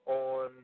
on